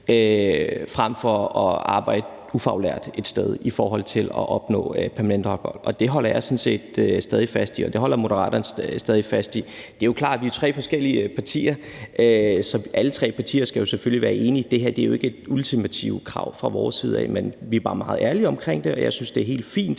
frem for at arbejde ufaglært et sted i forhold til at opnå permanent ophold, og det holder jeg sådan set stadig fast i, og det holder Moderaterne stadig fast i. Det er jo klart, at når vi er tre forskellige partier, skal alle tre partier selvfølgelig være enige om det. Det her er jo ikke et ultimativt krav fra vores side, men vi er bare meget ærlige omkring det. Og jeg synes, det er helt fint,